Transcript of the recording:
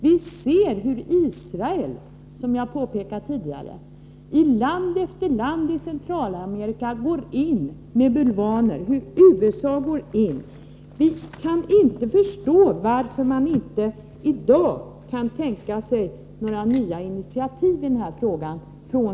Vi ser hur Israel och USA, som jag påpekade tidigare, går in med bulvaner i land efter land i Centralamerika. Vi kan inte förstå varför socialdemokraterna inte i dag kan tänka sig några nya initiativ i den här frågan.